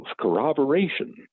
corroboration